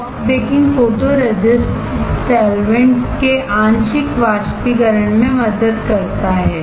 soft baking photoresist solvents के आंशिक वाष्पीकरण में मदद करता है